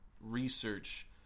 research